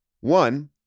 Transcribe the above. One